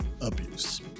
abuse